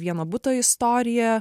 vieno buto istorija